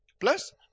Plus